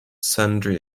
sundry